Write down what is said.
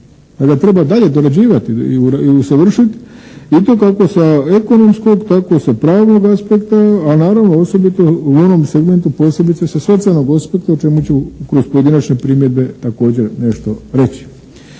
treba dorađivati i usavršiti i to kako sa ekonomskog tako sa pravnog aspekta, a naravno osobito u onom segmentu posebice sa socijalnog osvrta o čemu ću kroz pojedinačne primjedbe također nešto reći.